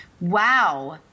Wow